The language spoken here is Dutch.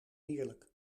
heerlijk